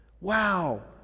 Wow